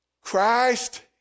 Christ